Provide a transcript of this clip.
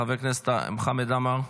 חבר הכנסת חמד עמאר,